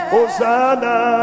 Hosanna